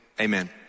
amen